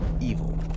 evil